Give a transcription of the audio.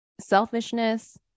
selfishness